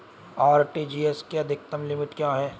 RTGS की अधिकतम limit क्या है?